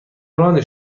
ران